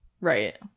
Right